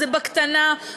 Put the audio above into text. זה בקטנה.